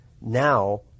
now